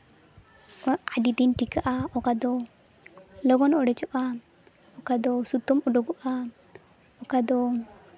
ᱟᱹᱰᱤ ᱫᱤᱱ ᱴᱤᱠᱟᱹᱜᱼᱟ ᱚᱠᱟ ᱫᱚ ᱞᱚᱜᱚᱱ ᱚᱲᱮᱡᱚᱜᱼᱟ ᱚᱠᱟ ᱫᱚ ᱥᱩᱛᱟᱹᱢ ᱩᱰᱩᱠᱚᱜᱼᱟ ᱚᱠᱟ ᱫᱚ